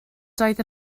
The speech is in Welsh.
doedd